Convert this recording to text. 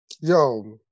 Yo